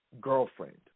girlfriend